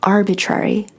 Arbitrary